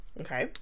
Okay